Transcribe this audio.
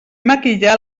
maquillar